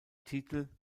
titel